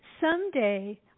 Someday